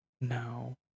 No